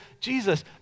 Jesus